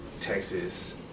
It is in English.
Texas